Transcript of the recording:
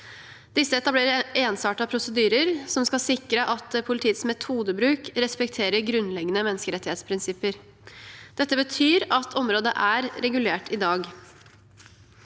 Disse etablerer ensartede prosedyrer som skal sikre at politiets metodebruk respekterer grunnleggende rettssikkerhetsprinsipper. Dette betyr at området er regulert i dag.